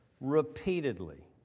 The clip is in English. ...repeatedly